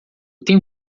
tenho